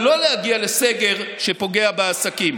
ולא להגיע לסגר שפוגע בעסקים.